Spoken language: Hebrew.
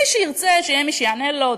מי שירצה שיהיה מי שיענה לו,